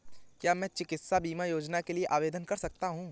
क्या मैं चिकित्सा बीमा योजना के लिए आवेदन कर सकता हूँ?